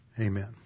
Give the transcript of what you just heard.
Amen